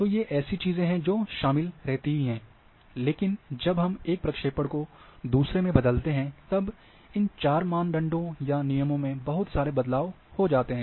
तो ये ऐसी चीजें हैं जो शामिल रहती हैं लेकिन जब हम एक प्रक्षेपण को दूसरे में बदलते हैं तब इन चार मानदंडों या नियमों में बहुत सारे बदलाव हो जाते हैं